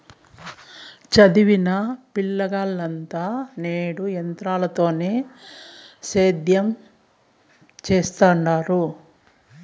సదివిన పిలగాల్లంతా నేడు ఎంత్రాలతోనే సేద్యం సెత్తండారు